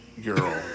Girl